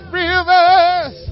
rivers